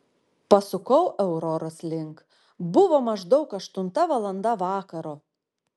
pasukau auroros link buvo maždaug aštunta valanda vakaro